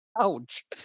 Ouch